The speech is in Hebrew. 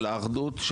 של האחדות,